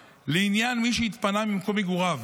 2. לעניין מי שהתפנה ממקום מגוריו,